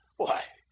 why!